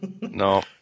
No